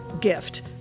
gift